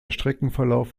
streckenverlauf